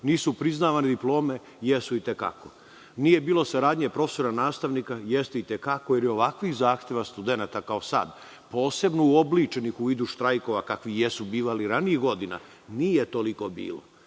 Nisu priznavane diplome? Jesu i te kako. Nije bilo saradnje profesora-nastavnika? Jeste i te kako, jer je ovakvih zahteva studenata kao sad posebno uobličeni u vidu štrajkova kakvi jesu bivali ranijih godina nije toliko bilo.